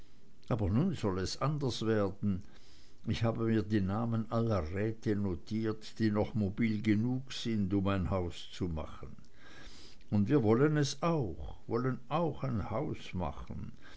aber nun soll es anders werden ich habe mir die namen aller räte notiert die noch mobil genug sind um ein haus zu machen und wir wollen es auch wollen auch ein haus machen